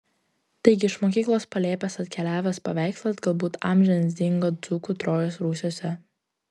taigi iš mokyklos palėpės atkeliavęs paveikslas galbūt amžiams dingo dzūkų trojos rūsiuose